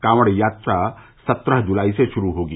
कॉवड़ यात्रा सत्रह जुलाई से षुरू होगी